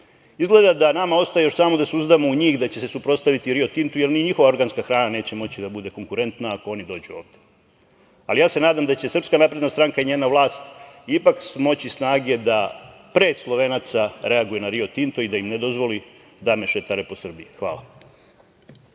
Izgleda da nama ostaje još samo da se uzdamo u njih da će se suprostaviti „Rio Tintu“ jer ni njihova organska hrana neće moći da bude konkurentna ako ono dođu ovde, ali se nadam da će SNS i njena vlast ipak smoći snage da pre Slovenaca reaguju na „Rio Tinto“ i da im ne dozvole da mešetare po Srbiji. Hvala.